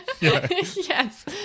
Yes